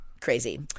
crazy